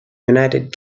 united